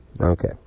Okay